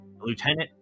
lieutenant